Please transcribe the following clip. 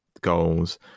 goals